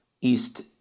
East